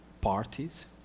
parties